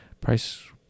Price